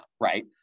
right